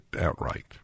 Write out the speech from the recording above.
outright